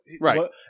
Right